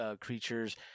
creatures